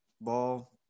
ball